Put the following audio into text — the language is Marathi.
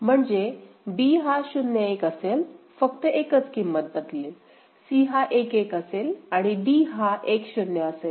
म्हणजे b हा 0 1 असेल फक्त एकच किंमत बदलेल c हा 1 1 असेल आणि d हा 1 0 असेल